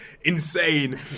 insane